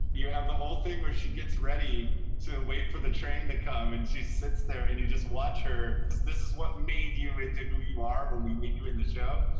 you have the whole thing where she gets ready to wait for the train to come and she sits there and you just watch her. cause this is what made you into who you are when we meet you in the show.